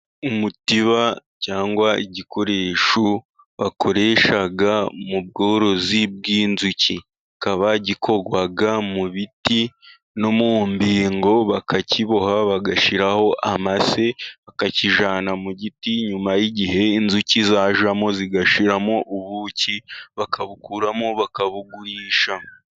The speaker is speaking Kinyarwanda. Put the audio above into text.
Umutiba cyangwa igikoresho bakoresha mu bworozi bw'inzuki, kikaba gikorwa mu biti no mumbingo bakakiboha bagashyiraho amase bakakijyana mu giti nyuma y'igihe inzuki zajyamo zigashyiramo ubuki bakabukuramo bakabugurisha.